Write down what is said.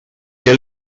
què